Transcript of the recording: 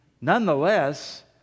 nonetheless